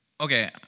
Okay